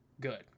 good